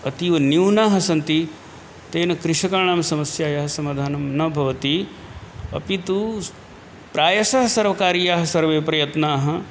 अतीवन्यूनाः सन्ति तेन कृषकाणां समस्यायाः समाधानं न भवति अपि तु स् प्रायशः सर्वकारीयाः सर्वे प्रयत्नाः